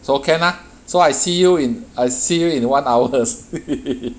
so can ah so I see you in I see you in one hour hehehehe